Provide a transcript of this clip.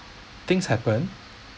things happen